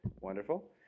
wonderful